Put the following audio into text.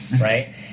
right